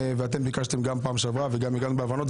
ואתם ביקשתם וגם הגענו להבנות,